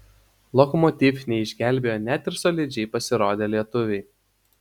lokomotiv neišgelbėjo net ir solidžiai pasirodę lietuviai